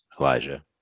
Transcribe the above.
Elijah